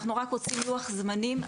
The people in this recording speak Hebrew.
אנחנו רק רוצים לוח זמנים,